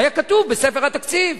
היה כתוב בספר התקציב.